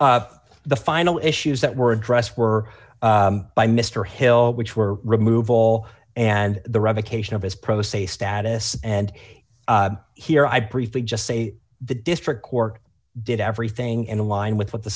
the final issues that were addressed were by mr hill which were remove all and the revocation of his pro se status and here i briefly just say the district court did everything in line with what the